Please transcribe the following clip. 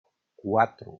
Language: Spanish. cuatro